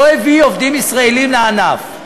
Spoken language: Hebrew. לא הביא עובדים ישראלים לענף.